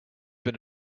been